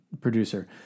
producer